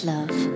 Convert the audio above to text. Love